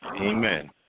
Amen